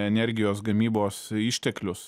energijos gamybos išteklius